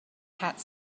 had